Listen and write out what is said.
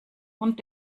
und